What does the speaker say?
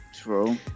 True